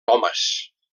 homes